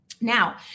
Now